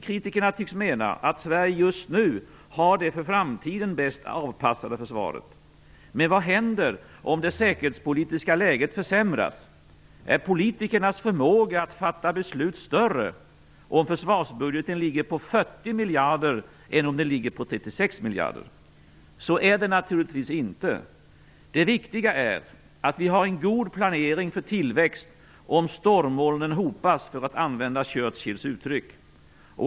Kritikerna tycks mena att Sverige just nu har det för framtiden bäst avpassade försvaret. Men vad händer om det säkerhetspolitiska läget försämras? Är politikernas förmåga att fatta beslut större om försvarsbudgeten ligger på 40 miljarder än om den ligger på 36 miljarder? Så är det naturligtvis inte. Det viktiga är att vi har en god planering för tillväxt om stormmolnen hopas, för att använda Churchills uttryck.